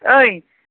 ओइ